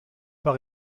pas